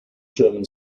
german